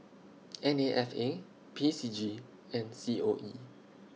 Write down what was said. N A F A P C G and C O E